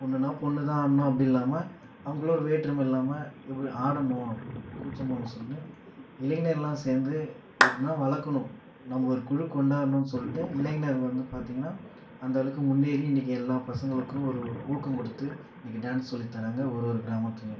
பொண்ணுனா பொண்ணு தான் ஆடணும் அப்படி இல்லாமல் அவங்களும் ஒரு வேற்றுமை இல்லாமல் இப்படி ஆடணும் கூச்சம் போகணுன்னு சொல்லின்னு இளைஞர்லாம் சேர்ந்து எப்படினா வளர்க்கணும் நம்ம ஒரு குழுக் கொண்டாடணும் சொல்லிட்டு இளைஞர் வந்து பார்த்தீங்கனா அந்த அளவுக்கு முன்னேறி இன்றைக்கு எல்லா பசங்களுக்கும் ஒரு ஊக்கம் கொடுத்து இன்றைக்கு டான்ஸ் சொல்லி தர்றாங்க ஒரு ஒரு கிராமத்துலேயும்